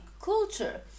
culture